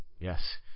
yes